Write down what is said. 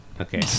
Okay